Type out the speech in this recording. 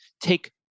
take